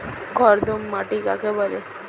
কর্দম মাটি কাকে বলে?